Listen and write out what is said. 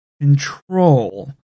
control